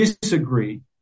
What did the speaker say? disagree